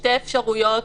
שתי אפשרויות